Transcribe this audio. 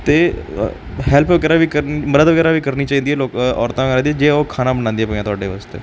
ਅਤੇ ਹੈਲਪ ਵਗੈਰਾ ਵੀ ਕਰ ਮਦਦ ਵਗੈਰਾ ਵੀ ਕਰਨੀ ਚਾਹੀਦੀ ਹੈ ਲੋਕ ਔਰਤਾਂ ਵਗੈਰਾ ਦੀ ਜੇ ਉਹ ਖਾਣਾ ਬਣਾਉਂਦੀਆਂ ਪਈਆਂ ਤੁਹਾਡੇ ਵਾਸਤੇ